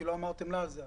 כי לא אמרתם לה על זה,